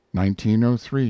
1903